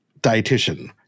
dietitian